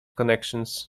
connections